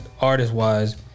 artist-wise